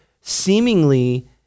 seemingly